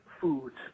foods